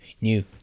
new